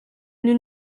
nous